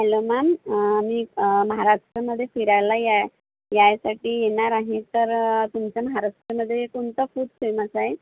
hello ma'am मी महाराष्टमध्ये फिरायला याय यायसाठी येणार आहे तर तुमचं महाराष्टमध्ये कोणतं फूड फेमस आहे